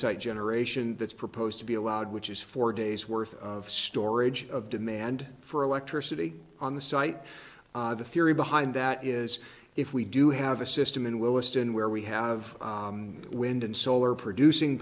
site generation that's proposed to be allowed which is four days worth of storage of demand for electricity on the site the theory behind that is if we do have a system in williston where we have wind and solar producing